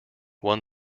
won